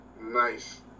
Nice